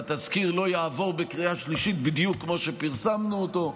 והתזכיר לא יעבור בקריאה שלישית בדיוק כמו שפרסמנו אותו,